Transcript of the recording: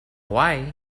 why